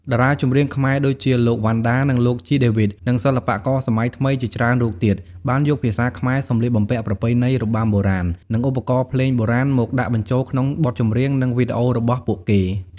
តារាចម្រៀងខ្មែរដូចជា លោក វណ្ណដា និង លោក ជី ដេវីត និងសិល្បករសម័យថ្មីជាច្រើនរូបទៀត បានយកភាសាខ្មែរ សម្លៀកបំពាក់ប្រពៃណី របាំបុរាណ និងឧបករណ៍ភ្លេងបុរាណ មកដាក់បញ្ចូលក្នុងបទចម្រៀង និងវីដេអូរបស់ពួកគេ។